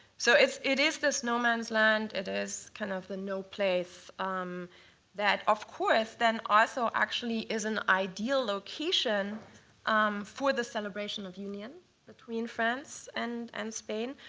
so it is this no man's land. it is kind of the no place that, of course, then also, actually, is an ideal location um for the celebration of union between france and and spain,